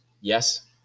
yes